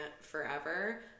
forever